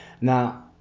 now